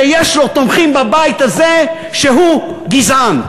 שיש לו תומכים בבית הזה, שהוא גזען.